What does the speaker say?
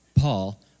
Paul